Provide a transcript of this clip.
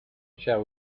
shall